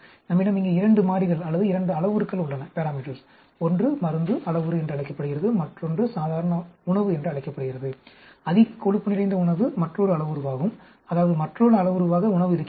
நம்மிடம் இங்கே இரண்டு மாறிகள் அல்லது இரண்டு அளவுருக்கள் உள்ளன ஒன்று மருந்து அளவுரு என்று அழைக்கப்படுகிறது மற்றொன்று சாதாரண உணவு என்று அழைக்கப்படுகிறது அதிக கொழுப்பு நிறைந்த உணவு மற்றொரு அளவுருவாகும் அதாவது மற்றொரு அளவுருவாக உணவு இருக்கிறது